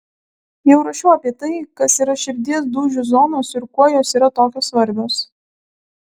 jau rašiau apie tai kas yra širdies dūžių zonos ir kuo jos yra tokios svarbios